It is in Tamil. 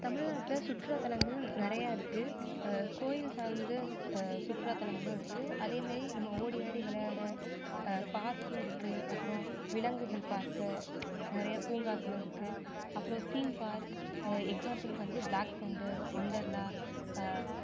தமிழ்நாட்டில் சுற்றுலாத்தலங்கள் நிறையா இருக்குது கோயில் சார்ந்த சுற்றுலாத்தலங்களும் இருக்குது அதேமேரி நம்ம ஓடியாடி விளையாட பார்க்கும் இருக்குது அப்புறம் விலங்குகள் பார்க்கு நிறைய பூங்காக்களும் இருக்குது அப்புறம் தீம் பார்க் எ எக்ஸாம்பிள்க்கு வந்து பிளாக் தண்டர் வொண்டர்லா